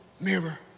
mirror